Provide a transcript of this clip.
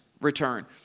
return